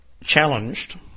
challenged